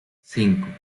cinco